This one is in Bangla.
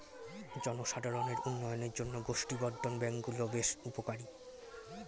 জনসাধারণের উন্নয়নের জন্য গোষ্ঠী বর্ধন ব্যাঙ্ক গুলো বেশ উপকারী